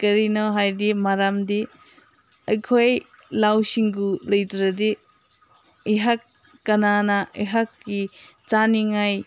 ꯀꯔꯤꯅꯣ ꯍꯥꯏꯗꯤ ꯃꯔꯝꯗꯤ ꯑꯩꯈꯣꯏ ꯂꯧꯁꯤꯡꯕꯨ ꯂꯩꯇ꯭ꯔꯗꯤ ꯑꯩꯍꯥꯛ ꯀꯅꯥꯅ ꯑꯩꯍꯥꯛꯀꯤ ꯆꯥꯅꯤꯡꯉꯥꯏ